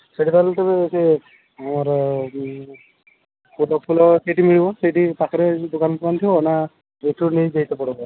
ସେଇଠି ତା'ହେଲେ ତେବେ ସେ ମୋର ଫୁଲ ଫୁଲ ସେଇଠି ମିଳିବ ସେଇଠି ପାଖରେ ଦୋକାନ ଫୋକନ ଥିବା ନା ଏଇଠୁ ନେଇ ଯାଇତେ ପଡ଼ିବ